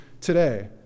today